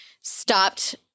stopped